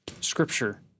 scripture